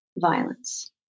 violence